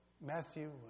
Matthew